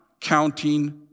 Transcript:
counting